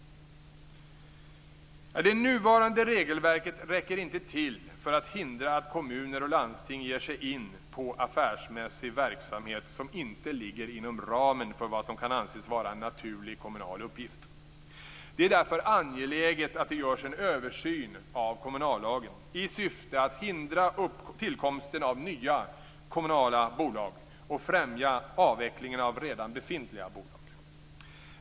Det nuvarande regelverket räcker inte till för att hindra att kommuner och landsting ger sin in på affärsmässig verksamhet som inte ligger inom ramen för vad som kan anses vara en naturlig kommunal uppgift. Det är därför angeläget att det görs en översyn av kommunallagen i syfte att hindra tillkomsten av nya kommunala bolag och främja avvecklingen av redan befintliga bolag.